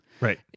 Right